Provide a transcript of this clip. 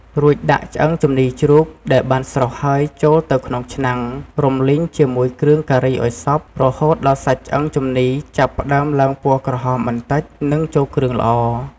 រួចដាក់ ឆ្អឹងជំនីរជ្រូក ដែលបានស្រុះហើយចូលទៅក្នុងឆ្នាំង រំលីងជាមួយគ្រឿងការីឱ្យសព្វ រហូតដល់សាច់ឆ្អឹងជំនីរចាប់ផ្ដើមឡើងពណ៌ក្រហមបន្តិច និងចូលគ្រឿងល្អ។